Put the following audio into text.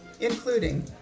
including